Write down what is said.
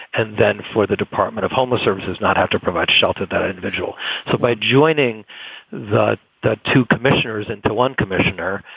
and then for the department of homeless services not have to provide shelter, that individual. so by joining the the two commissioners and to one commissioner,